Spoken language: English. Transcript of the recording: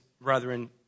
brethren